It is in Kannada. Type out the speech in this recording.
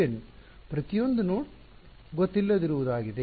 UN ಪ್ರತಿಯೊಂದೂ ನೋಡ್ ಗೊತ್ತಿಲ್ಲದಿರುವುದಾಗಿದೆ